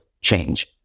change